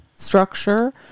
structure